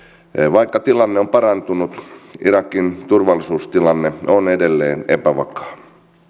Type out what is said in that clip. vaikka tilanne on parantunut irakin turvallisuustilanne on edelleen epävakaa